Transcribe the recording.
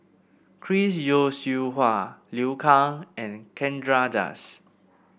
Chris Yeo Siew Hua Liu Kang and Chandra Das